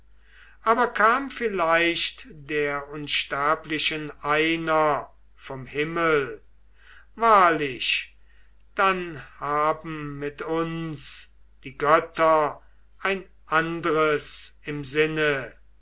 aber kam vielleicht der unsterblichen einer vom himmel wahrlich dann haben mit uns die götter ein andres im sinne